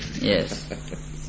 yes